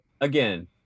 Again